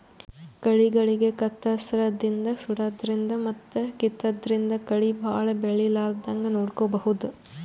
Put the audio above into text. ಕಳಿಗಳಿಗ್ ಕತ್ತರ್ಸದಿನ್ದ್ ಸುಡಾದ್ರಿನ್ದ್ ಮತ್ತ್ ಕಿತ್ತಾದ್ರಿನ್ದ್ ಕಳಿ ಭಾಳ್ ಬೆಳಿಲಾರದಂಗ್ ನೋಡ್ಕೊಬಹುದ್